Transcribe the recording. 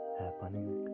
happening